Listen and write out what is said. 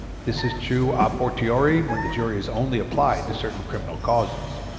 this is true a fortiori when the jury is only applied to certain criminal causes.